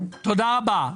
תודה רבה.